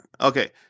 okay